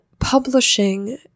publishing